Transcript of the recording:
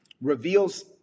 reveals